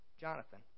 Jonathan